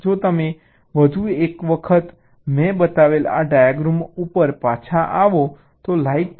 જો તમે વધુ એક વખત મેં બતાવેલ આ ડાયાગ્રામ ઉપર પાછા આવો તો લાઇક કરો